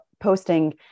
posting